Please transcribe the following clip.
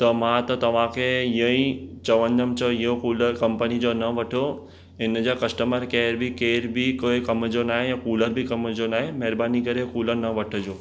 त मां त तव्हांखे हीअ ई चवंदुमि छो इहो कूलर कंपनी जो न वठो हिन जा कस्टमर केअर बि केर बि कोई कम जो न आहे कूलर बि कम जो न आहे महिरबानी करे कूलर न वठिजो